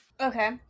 Okay